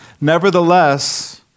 nevertheless